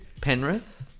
Penrith